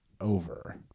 over